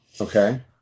Okay